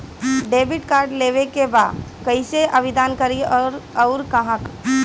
Debit card लेवे के बा कइसे आवेदन करी अउर कहाँ?